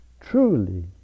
truly